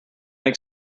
make